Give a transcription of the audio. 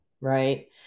right